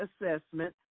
assessment